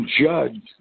judge